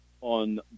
on